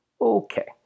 Okay